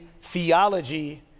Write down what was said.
theology